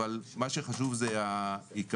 אבל מה שחשוב זה העיקרון,